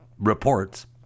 Reports